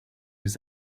was